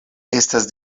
estas